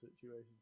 situation